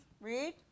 Read